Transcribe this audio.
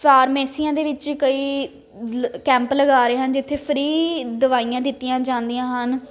ਫਾਰਮੈਸੀਆਂ ਦੇ ਵਿੱਚ ਕਈ ਕੈਂਪ ਲਗਾ ਰਹੇ ਹਨ ਜਿੱਥੇ ਫਰੀ ਦਵਾਈਆਂ ਦਿੱਤੀਆਂ ਜਾਂਦੀਆਂ ਹਨ